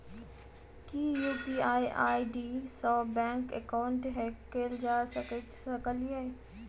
की UPI ID सऽ bank account hack कैल जा सकलिये?